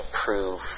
proof